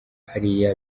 hariya